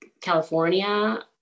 California